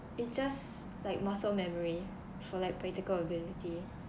it's just like muscle memory for like practical ability